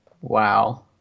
wow